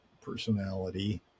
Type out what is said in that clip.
personality